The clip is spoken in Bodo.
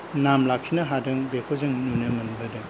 नाम लाखिनो हादों बेखौ जों नुनो मोनबोदों